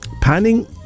Panning